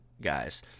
guys